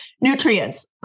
nutrients